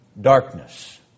darkness